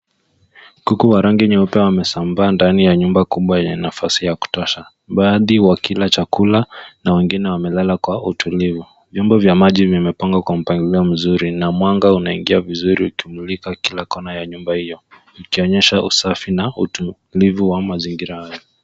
Kuku wa rangi nyeupe wamesambaa ndani ya nyumba kubwa yenye nafasi ya kutosha. Baadhi wakila chakula na wengine wamelala kwa utulivu. Vyombo vya maji vimepangwa kwa mpangilio mzuri na mwanga unaingia vizuri ukimulika kila kona ya nyumba hiyo, ikionyesha usafi na utulivu wa mazingira hayo.